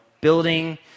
building